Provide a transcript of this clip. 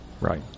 Right